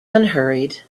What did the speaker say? unhurried